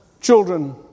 children